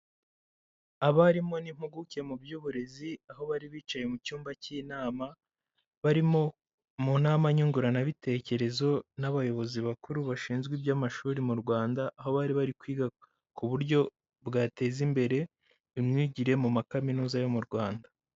Abarimu n'impuguke mu by'uburezi aho bari bicaye mu cyumba cy'inama, barimo mu nama nyunguranabitekerezo n'abayobozi bakuru bashinzwe iby'amashuri mu Rwanda, aho bari bari kwiga ku buryo bwateza imbere imyigire mu ma Kaminuza yo mu Rwanda.